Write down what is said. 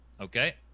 Okay